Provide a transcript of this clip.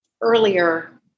earlier